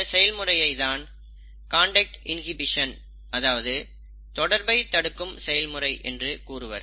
இந்த செயல்முறையை தான் கண்டாக்ட் இன்ஹிபிசன் அதாவது தொடர்பை தடுக்கும் செயல்முறை என்று கூறுவர்